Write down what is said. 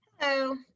Hello